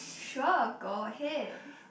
sure go ahead